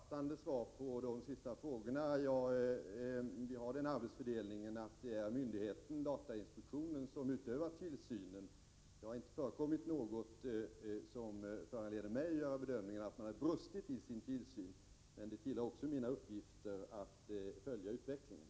Herr talman! Bara ett kort sammanfattande svar på de sista frågorna: Vi har den arbetsfördelningen att det är myndigheten, dvs. datainspektionen, som utövar tillsynen. Det har inte förekommit något som föranleder mig att göra den bedömningen att det brustit i tillsynen. Men det tillhör mina uppgifter att också följa utvecklingen.